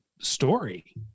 story